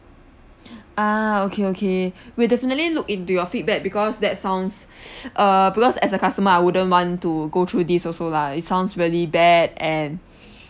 ah okay okay we'll definitely look into your feedback because that sounds err because as a customer I wouldn't want to go through this also lah it sounds really bad and